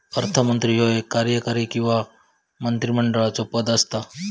अर्थमंत्री ह्यो एक कार्यकारी किंवा मंत्रिमंडळाचो पद असता